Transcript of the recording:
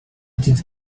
did